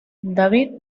david